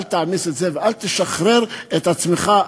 אל תעמיס את זה ואל תשחרר את עצמך,